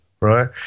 Right